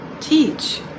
teach